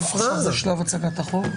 זה שלב הצגת החוק?